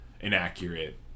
inaccurate